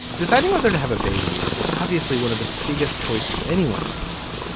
deciding whether to have a baby is obviously one of the biggest choices anyone makes.